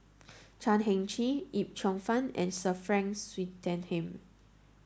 Chan Heng Chee Yip Cheong Fun and Sir Frank Swettenham